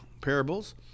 parables